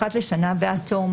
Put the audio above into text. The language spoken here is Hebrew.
אחת לשנה ועד תום"